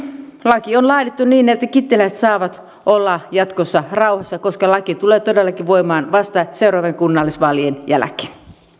laki on laadittu niin että kittiläläiset saavat olla jatkossa rauhassa koska laki tulee todellakin voimaan vasta seuraavien kunnallisvaalien jälkeen